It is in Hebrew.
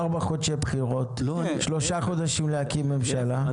ארבעה חודשי בחירות, שלושה חודשים להקים ממשלה.